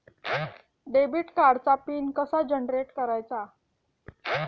Debit कार्डचा PIN कसा generate करायचा?